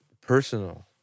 personal